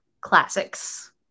classics